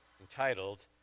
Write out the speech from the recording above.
entitled